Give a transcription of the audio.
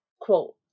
Quote